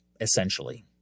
essentially